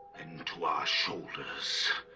and to our shoulders